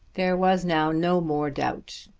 there was now no more doubt.